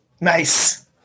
Nice